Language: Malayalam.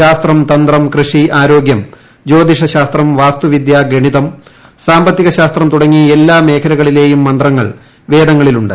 ശാസ്ത്രം തന്ത്രം കൃഷ്ണി ആരോഗ്യം ജോതിഷശാസ്ത്രം വാസ്തുവിദ്യ ഗണ്ണിത് സാമ്പത്തികശാസ്ത്രം തുടങ്ങി എല്ലാ മേഖലകളിലേയും മൃന്യങ്ങൾ വേദങ്ങളിലുണ്ട്